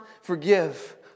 forgive